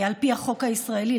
על פי החוק הישראלי,